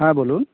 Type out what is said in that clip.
হ্যাঁ বলুন